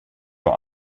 with